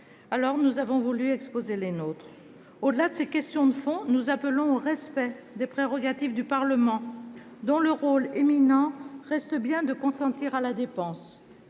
lors, nous avons voulu exposer les nôtres. Au-delà de ces questions de fond, nous appelons au respect des prérogatives du Parlement, dont le rôle éminent reste bien de consentir à la dépense.